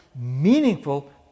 meaningful